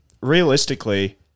realistically